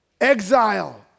Exile